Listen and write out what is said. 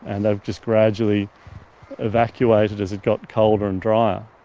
and they've just gradually evacuated as it got colder and drier.